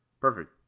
Perfect